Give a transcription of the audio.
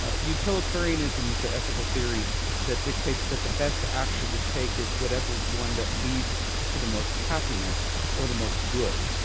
ah utilitarianism is the ethical theory that dictates that the best action to take is whatever one that leads to the most happiness or the most good.